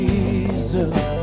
Jesus